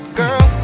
girl